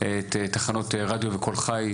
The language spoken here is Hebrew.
ובוודאי תחנות רדיו וקול חי,